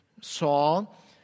Saul